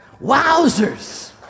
Wowzers